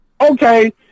okay